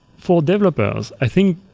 for developers, i think